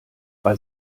bei